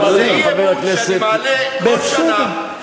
זה אי-אמון שאני מעלה כל שנה,